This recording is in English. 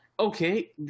okay